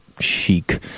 chic